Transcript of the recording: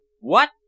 What